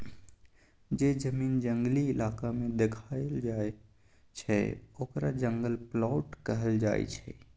जे जमीन जंगली इलाका में देखाएल जाइ छइ ओकरा जंगल प्लॉट कहल जाइ छइ